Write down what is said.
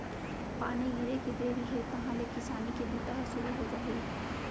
पानी गिरे के देरी हे तहॉं ले किसानी के बूता ह सुरू हो जाही